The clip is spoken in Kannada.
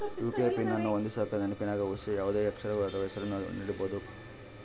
ಯು.ಪಿ.ಐ ಪಿನ್ ಅನ್ನು ಹೊಂದಿಸಕ ನೆನಪಿನಗ ಉಳಿಯೋ ಯಾವುದೇ ಅಕ್ಷರ ಅಥ್ವ ಹೆಸರನ್ನ ನೀಡಬೋದು